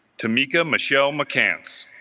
tamika michelle mccants